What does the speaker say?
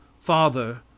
father